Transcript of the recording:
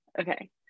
Okay